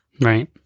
Right